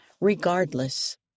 regardless